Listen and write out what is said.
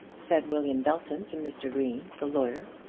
said william belton to mr. green, the lawyer,